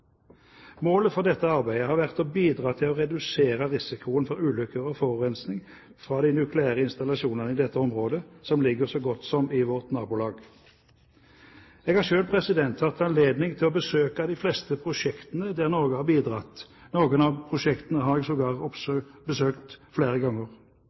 Målet for dette arbeidet har vært å bidra til å redusere risikoen for ulykker og forurensning fra de nukleære installasjonene i dette området, som ligger så godt som i vårt nabolag. Jeg har selv hatt anledning til å besøke de fleste prosjektene Norge har bidratt i. Noen av prosjektene har jeg sågar besøkt flere ganger.